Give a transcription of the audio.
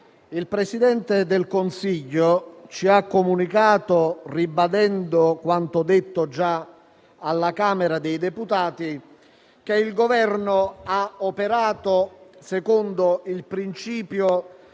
il Presidente del Consiglio ci ha comunicato, ribadendo quanto detto già alla Camera dei deputati, che il Governo ha operato secondo il principio